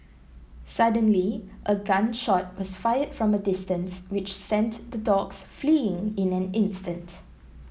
suddenly a gun shot was fired from a distance which sent the dogs fleeing in an instant